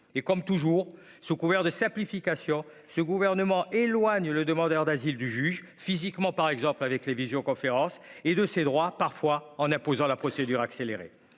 et comme toujours, sous couvert de simplification ce gouvernement éloigne le demandeur d'asile du juge physiquement par exemple avec les visio- conférence et de ses droits, parfois en imposant la procédure accélérée,